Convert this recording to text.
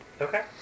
Okay